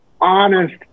honest